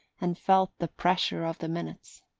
and felt the pressure of the minutes.